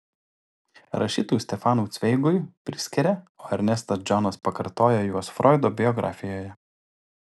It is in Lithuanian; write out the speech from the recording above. rašytojui stefanui cveigui priskiria o ernestas džonas pakartojo juos froido biografijoje